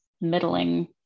middling